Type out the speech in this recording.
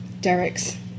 Derek's